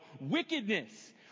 wickedness